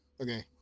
Okay